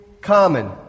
common